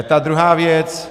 Ta druhá věc.